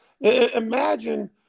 imagine